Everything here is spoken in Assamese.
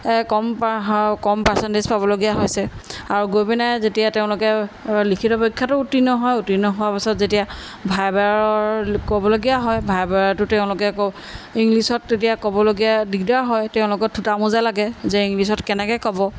কম কম পাৰ্চেণ্টেজ পাবলগীয়া হৈছে আৰু গৈ পিনে যেতিয়া তেওঁলোকে লিখিত পৰীক্ষাতো উত্তীৰ্ণ হয় উত্তীৰ্ণ হোৱাৰ পাছত যেতিয়া ভাইবাৰ ক'বলগীয়া হয় ভাইবাটো তেওঁলোকে ক ইংলিছত তেতিয়া ক'বলগীয়া দিগদাৰ হয় তেওঁলোকৰ থোটা মোজা লাগে যে ইংলিছত কেনেকৈ ক'ব